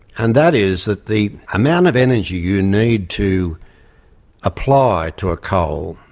and that is that the amount of energy you need to apply to a coal,